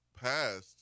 passed